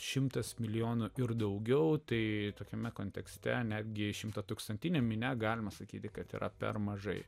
šimtas milijonų ir daugiau tai tokiame kontekste netgi šimtatūkstantinė minia galima sakyti kad yra per mažai